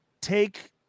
take